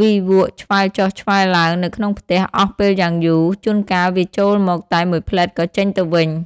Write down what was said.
វីវក់ឆ្វែលចុះឆ្វែលឡើងនៅក្នុងផ្ទះអស់ពេលយ៉ាងយូរ ជួនកាលវាចូលមកតែមួយភ្លែតក៏ចេញទៅវិញ។